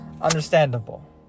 understandable